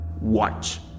Watch